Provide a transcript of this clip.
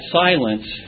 silence